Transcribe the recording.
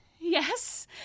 Yes